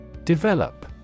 develop